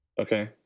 Okay